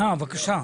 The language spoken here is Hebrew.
קודם כול,